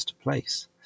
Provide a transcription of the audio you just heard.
place